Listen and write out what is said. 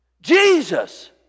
Jesus